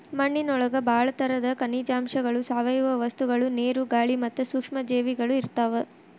ಮಣ್ಣಿನೊಳಗ ಬಾಳ ತರದ ಖನಿಜಾಂಶಗಳು, ಸಾವಯವ ವಸ್ತುಗಳು, ನೇರು, ಗಾಳಿ ಮತ್ತ ಸೂಕ್ಷ್ಮ ಜೇವಿಗಳು ಇರ್ತಾವ